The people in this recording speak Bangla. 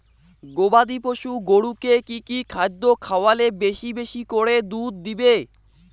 গবাদি পশু গরুকে কী কী খাদ্য খাওয়ালে বেশী বেশী করে দুধ দিবে?